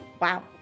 Wow